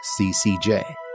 CCJ